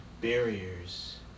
barriers